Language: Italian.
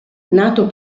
nato